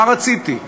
מה רציתי?